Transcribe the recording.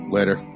Later